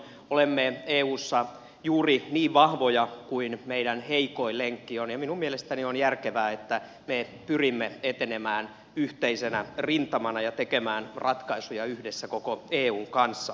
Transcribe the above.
olemme eussa juuri niin vahvoja kuin meidän heikoin lenkkimme on ja minun mielestäni on järkevää että me pyrimme etenemään yhteisenä rintamana ja tekemään ratkaisuja yhdessä koko eun kanssa